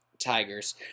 Tigers